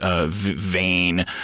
vain